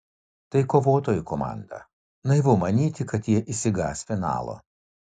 tai kovotojų komanda naivu manyti kad jie išsigąs finalo